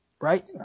right